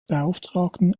beauftragten